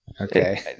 Okay